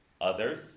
Others